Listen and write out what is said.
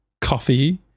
coffee